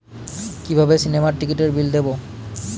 কিভাবে সিনেমার টিকিটের বিল দেবো?